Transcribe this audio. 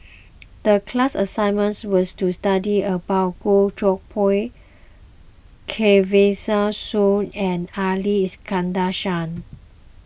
the class assignment was to study about Goh Koh Pui Soon and Ali Iskandar Shah